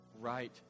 right